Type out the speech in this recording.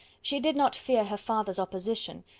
she did not fear her father's opposition,